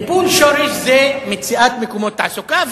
טיפול שורש זה מציאת מקומות תעסוקה,